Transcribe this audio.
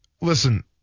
Listen